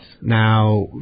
Now